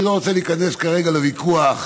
אני לא רוצה להיכנס כרגע לוויכוח